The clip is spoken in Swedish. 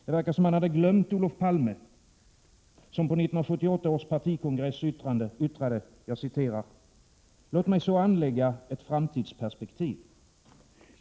Det verkar som om man hade glömt Olof Palme, som på 1978 års partikongress yttrade: ”Låt mig så anlägga ett framtidsperspektiv.